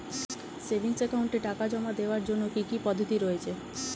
Savings একাউন্টে টাকা জমা দেওয়ার জন্য কি কি পদ্ধতি রয়েছে?